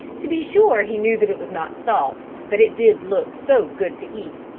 to be sure he knew that it was not salt, but it did look so good to eat,